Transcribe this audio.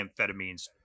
amphetamines